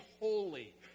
holy